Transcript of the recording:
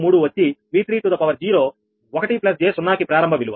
6153 వచ్చి 𝑉30 1 j 0 కి ప్రారంభ విలువ